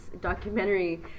documentary